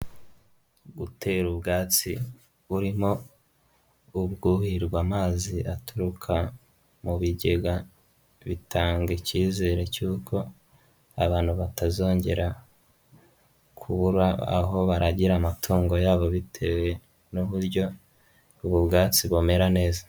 Gutera ubwatsi burimo nk'ubwuhirwa amazi aturuka mu bigega, bitanga icyizere cy'uko abantu batazongera, kubura aho baragira amatungo yabo bitewe n'uburyo , ubwo bwatsi bumera neza.